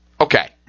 Okay